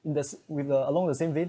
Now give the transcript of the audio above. in this with uh along the same day